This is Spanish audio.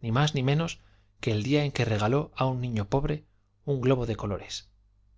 ni más ni menos que el día en que regaló a un niño pobre un globo de colores